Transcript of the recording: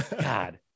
God